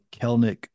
Kelnick